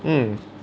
mm